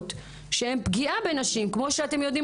העבירות שהן פגיעה בנשים כמו שאתם יודעים